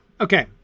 Okay